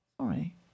sorry